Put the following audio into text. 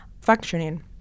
functioning